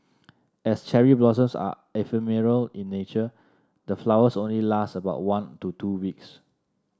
as cherry blossoms are ephemeral in nature the flowers only last about one to two weeks